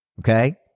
Okay